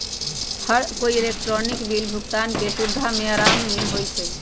हर कोई electronic bill भुगतान के सुविधा से आराम में हई